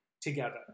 together